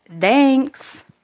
Thanks